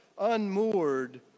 unmoored